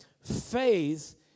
Faith